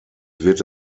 wird